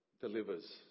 delivers